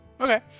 Okay